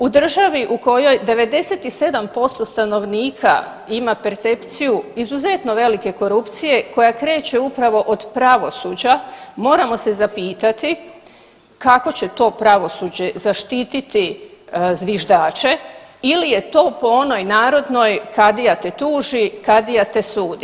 U državi u kojoj 97% stanovnika ima percepciju izuzetno velike korupcije koja kreće upravo od pravosuđa moramo se zapitati kako će to pravosuđe zaštititi zviždače ili je to po onoj narodnoj „kadija te tuži, kadija te sudi“